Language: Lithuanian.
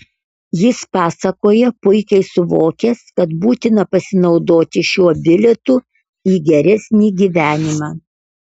jis pasakoja puikiai suvokęs kad būtina pasinaudoti šiuo bilietu į geresnį gyvenimą